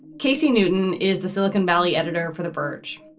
casey newton is the silicon valley editor for the verge.